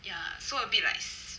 ya so a bit like s~